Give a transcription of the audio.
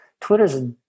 Twitter's